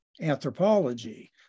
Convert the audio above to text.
anthropology